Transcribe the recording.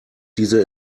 diese